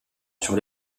sur